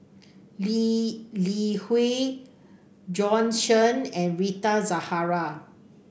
Lee Li Hui Bjorn Shen and Rita Zahara